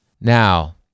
Now